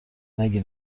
نگی